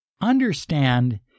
understand